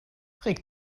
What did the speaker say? reg